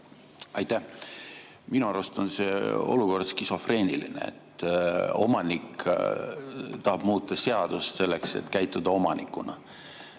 Aitäh! Minu arust on see olukord skisofreeniline, et omanik tahab muuta seadust selleks, et käituda omanikuna.